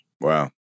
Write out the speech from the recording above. Wow